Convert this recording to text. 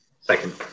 Second